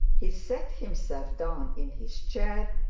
he sat himself down in his chair,